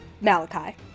Malachi